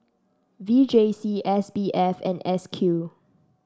V J C S B F and S Q